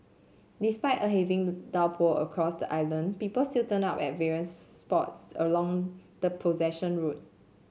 despite a heavy downpour across the island people still turned up at various spots along the procession route